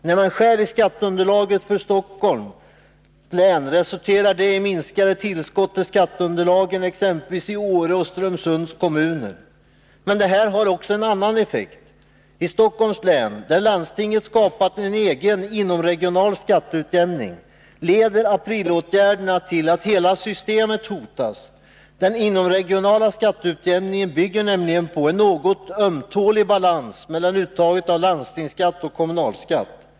När man skär i skatteunderlaget för Stockholms kommun, resulterar detta i minskade tillskott till skatteunderlagen i exempelvis Åre och Strömsunds kommuner. Men detta har också en annan effekt. I Stockholms län, där landstinget har skapat en egen inomregional skatteutjämning, leder åtgärderna enligt beslutet i april till att hela systemet hotas. Den inomregionala skatteutjämningen bygger nämligen på en något ömtålig balans mellan uttaget av landstingsskatt och uttaget av kommunalskatt.